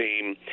team